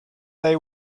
they